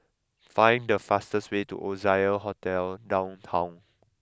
find the fastest way to Oasia Hotel Downtown